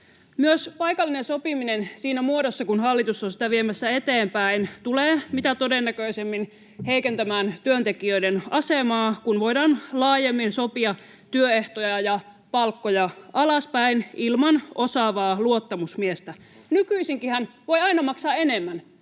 Myös paikallinen sopiminen, siinä muodossa kuin hallitus on sitä viemässä eteenpäin, tulee mitä todennäköisimmin heikentämään työntekijöiden asemaa, kun voidaan laajemmin sopia työehtoja ja palkkoja alaspäin ilman osaavaa luottamusmiestä. Nykyisinkinhän voi aina maksaa enemmän.